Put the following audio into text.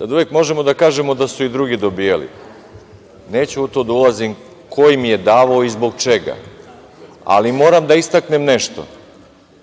Uvek možemo da kažemo da su i drugi dobijali, neću u to da ulazim ko im je davao i zbog čega, ali moram da istaknem nešto.